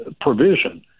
provision